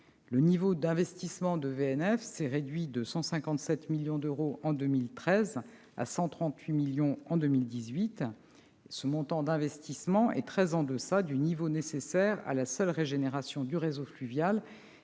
Le niveau d'investissement de VNF s'est réduit, passant de 157 millions d'euros en 2013 à 138 millions d'euros en 2018. Ce montant d'investissement est très en deçà du niveau nécessaire à la seule régénération du réseau fluvial,